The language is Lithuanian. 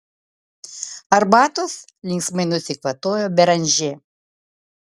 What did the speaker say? arbatos linksmai nusikvatojo beranžė